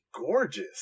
gorgeous